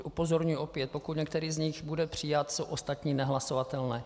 Upozorňuji, že pokud některý z nich bude přijat, jsou ostatní nehlasovatelné.